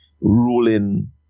ruling